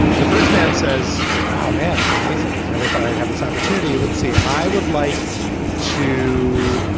the first man says, our man is amazing. i never thought i'd have this opportunity. let's see. i would like to.